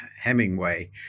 Hemingway